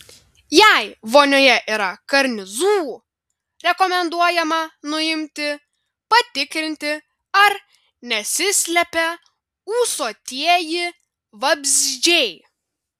jei vonioje yra karnizų rekomenduojama nuimti patikrinti ar nesislepia ūsuotieji vabzdžiai